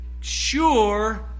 sure